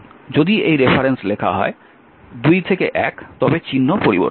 যদি এই রেফারেন্স লেখা হয় 2 থেকে 1 তবে চিহ্ন পরিবর্তন হয়